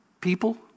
People